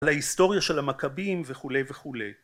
על ההיסטוריה של המכבים וכולי וכולי.